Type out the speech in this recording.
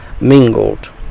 mingled